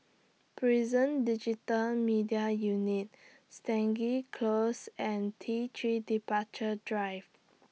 Prison Digital Media Unit Stangee Close and T three Departure Drive